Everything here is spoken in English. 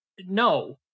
No